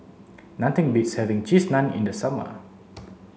nothing beats having cheese naan in the summer